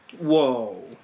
Whoa